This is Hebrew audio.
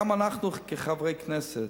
גם אנחנו כחברי כנסת,